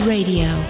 Radio